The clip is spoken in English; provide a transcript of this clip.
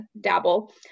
dabble